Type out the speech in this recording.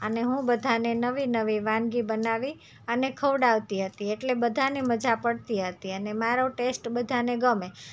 અને હું બધાને નવી નવી વાનગી બનાવી અને ખવડાવતી હતી એટલે બધાને મજા પડતી હતી અને મારો ટેસ્ટ બધાને ગમે